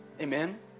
Amen